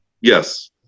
Yes